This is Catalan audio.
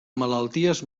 malalties